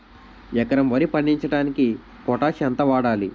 ఎకరం వరి పండించటానికి పొటాష్ ఎంత వాడాలి?